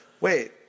wait